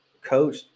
Coach